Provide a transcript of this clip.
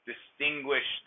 distinguish